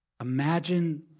Imagine